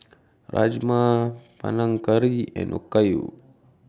Rajma Panang Curry and Okayu